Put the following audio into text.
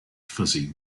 fuzzy